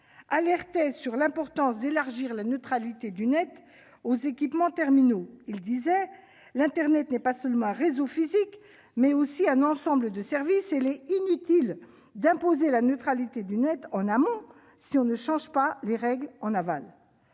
dès 2013 sur l'importance d'élargir la neutralité du Net à ces équipements :« Internet n'est pas seulement un réseau physique mais aussi [...] un ensemble de services. Il est inutile d'imposer la neutralité en amont si on ne change pas les règles en aval. »